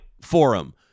Forum